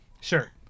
sure